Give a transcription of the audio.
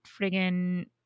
friggin